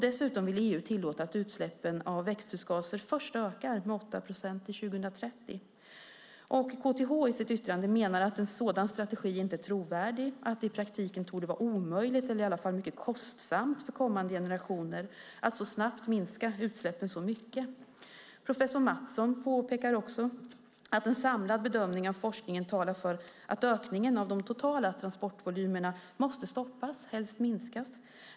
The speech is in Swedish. Dessutom vill EU tillåta att utsläppen av växthusgaser först ökar med 8 procent till år 2030. KTH menar i sitt yttrande att en sådan strategi inte är trovärdig och att det i praktiken torde vara omöjligt eller i alla fall mycket kostsamt för kommande generationer att så snabbt minska utsläppen så mycket. Professor Mattsson påpekar också att en samlad bedömning av forskningen talar för att ökningen av de totala transportvolymerna måste stoppas och helst att transporterna ska minskas.